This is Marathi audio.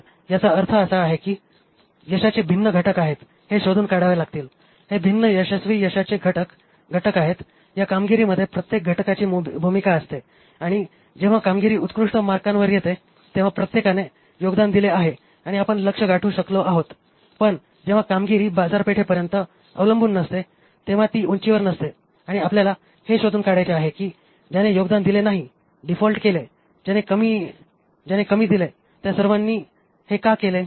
तर याचा अर्थ असा आहे की हे यशाचे भिन्न घटक आहेत हे शोधून काढावे लागतील हे भिन्न यशस्वी यशाचे घटक आहेत या कामगिरीमध्ये प्रत्येक घटकाची भूमिका असते आणि जेव्हा कामगिरी उत्कृष्ट मार्कांवर येते तेव्हा प्रत्येकाने योगदान दिले आहे आणि आपण लक्ष्य गाठू शकलो आहोत पण जेव्हा कामगिरी बाजारपेठेपर्यंत अवलंबून नसते तेव्हा ती उंचावर नसते आणि आपल्याला हे शोधून काढायचे आहे की ज्याने योगदान दिले नाही डिफॉल्ट केले ज्याने कमी दिले त्या सर्वांनी हे का केले